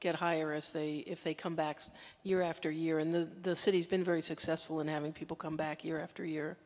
get higher as they if they come back year after year in the city has been very successful in having people come back year after year